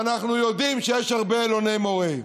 ואנחנו יודעים שיש הרבה אלוני מורה.